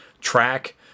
track